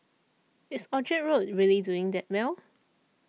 is Orchard Road really doing that well